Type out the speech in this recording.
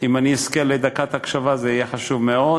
אם אני אזכה לדקת הקשבה זה יהיה חשוב מאוד